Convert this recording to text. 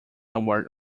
award